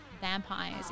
vampires